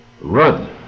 run